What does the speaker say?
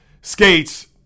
skates